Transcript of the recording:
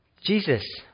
Jesus